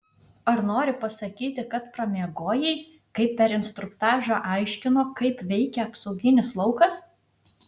ar nori pasakyti kad pramiegojai kai per instruktažą aiškino kaip veikia apsauginis laukas